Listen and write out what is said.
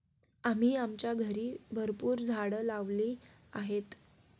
आम्ही आमच्या घरी भरपूर झाडं लावली आहेत